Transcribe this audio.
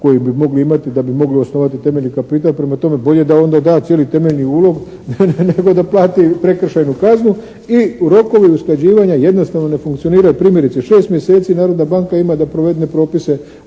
koje bi mogli imati da bi mogli osnovati temeljni kapital. Prema tome, bolje da onda da cijeli temeljni ulog nego da plati prekršajnu kaznu. I rokovi usklađivanja jednostavno ne funkcioniraju. Primjerice, šest mjeseci narodna banka ima da provedene propise